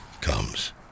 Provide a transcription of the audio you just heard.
comes